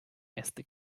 äste